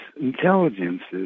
intelligences